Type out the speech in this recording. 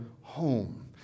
home